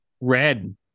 Red